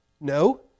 No